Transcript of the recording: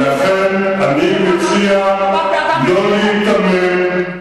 לכן אני מציע לא להיתמם,